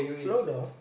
slow down